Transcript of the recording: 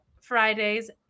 Fridays